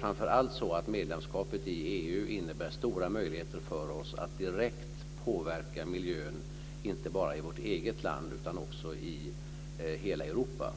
Framför allt innebär medlemskapet i EU i stället stora möjligheter för oss att direkt påverka miljön inte bara i vårt eget land utan också i hela Europa.